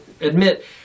admit